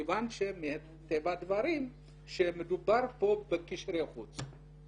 מכוון שמטבע הדברים שמדובר פה בקשרי חוץ.